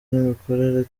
n’imikorere